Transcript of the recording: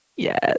Yes